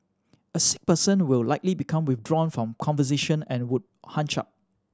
a sick person will likely become withdrawn from conversation and would hunch up